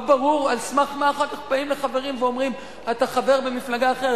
לא ברור על סמך מה אחר כך באים לחברים ואומרים: אתה חבר במפלגה אחרת.